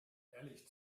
ehrlich